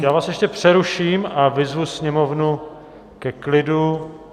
Já vás ještě přeruším a vyzvu sněmovnu ke klidu.